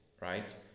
right